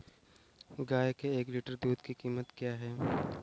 गाय के एक लीटर दूध की कीमत क्या है?